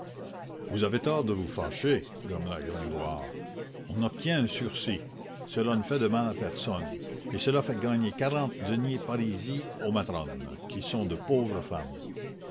vous avez tort de vous fâcher grommela gringoire on obtient un sursis cela ne fait de mal à personne et cela fait gagner quarante deniers parisis aux matrones qui sont de pauvres femmes